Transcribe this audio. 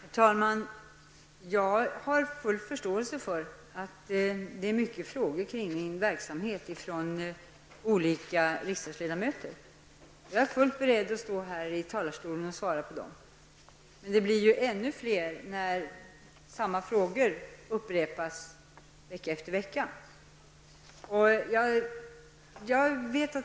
Herr talman! Jag har full förståelse för att det är många frågor kring min verksamhet från olika riksdagsledamöter. Jag är beredd att stå här i denna talarstol och svara på dessa frågor. Men frågorna blir ju ännu fler när samma frågor upprepas vecka efter vecka.